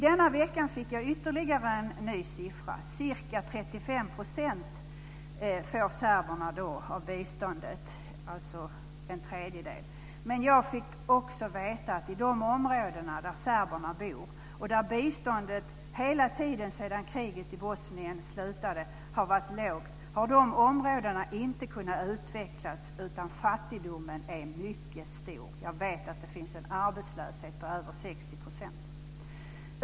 Denna vecka fick jag ytterligare en siffra, nämligen att ca 35 %, alltså en tredjedel, går till serberna. Men jag fick också veta att de områden där serberna bor och där biståndet hela tiden sedan kriget i Bosnien slutade har varit lågt, inte har kunnat utvecklas, utan fattigdomen är där mycket stor. Arbetslösheten uppgår till över 60 %.